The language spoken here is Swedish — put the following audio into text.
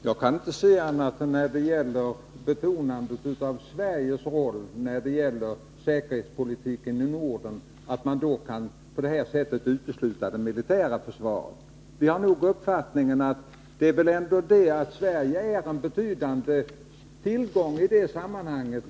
Herr talman! Jag kan inte se att man på det här sättet kan utesluta det militära försvaret när man betonar Sveriges roll beträffande säkerhetspolitiken i Norden. Vi har nog den uppfattningen att Sverige ändå är en betydande tillgång just militärt i det sammanhanget,